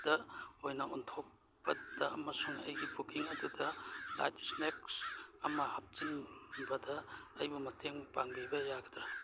ꯗ ꯑꯣꯏꯅ ꯑꯣꯟꯊꯣꯛꯄꯗ ꯑꯃꯁꯨꯡ ꯑꯩꯒꯤ ꯕꯨꯛꯀꯤꯡ ꯑꯗꯨꯗ ꯂꯥꯏꯠ ꯏꯁꯅꯦꯛꯁ ꯑꯃ ꯍꯥꯞꯆꯤꯟꯕꯗ ꯑꯩꯕꯨ ꯃꯇꯦꯡ ꯄꯥꯡꯕꯤꯕ ꯌꯥꯒꯗ꯭ꯔ